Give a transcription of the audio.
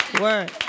Word